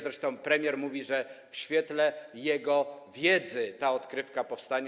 Zresztą premier mówi, że w świetle jego wiedzy ta odkrywka powstanie.